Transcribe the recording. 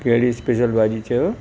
कहिड़ी स्पेशल भाॼी चयंव